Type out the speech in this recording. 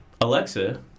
Alexa